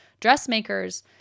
dressmakers